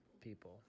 people